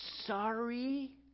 sorry